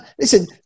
listen